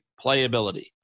playability